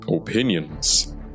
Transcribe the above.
opinions